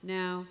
now